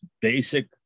basic